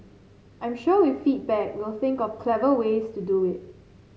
I'm sure with feedback we'll think of clever ways to do it